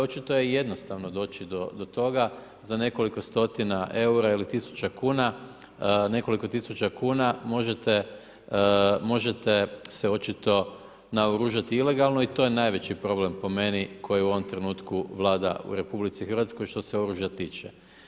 Očito je jednostavno doći do toga, za nekoliko stotina eura ili tisuća kuna, nekoliko tisuća možete se očito naoružati ilegalno i to je najveći problem po meni, koji u ovom trenutku vlada u RH, što se oružja tiče.